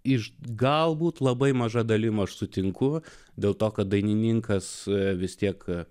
iš galbūt labai maža dalis aš sutinku dėl to kad dainininkas vis tiek